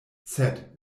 sed